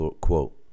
quote